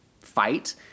fight